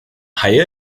haie